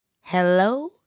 Hello